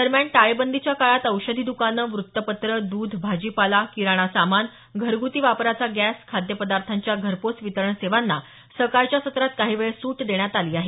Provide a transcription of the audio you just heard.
दरम्यान टाळेबंदीच्या काळात औषधी दुकानं व्रतपत्र दुध भाजीपाला किराणा सामान घरगृती वापराचा गॅस खाद्यपदार्थांच्या घरपोच वितरण सेवांना सकाळच्या सत्रात काही वेळ सूट देण्यात आली आहे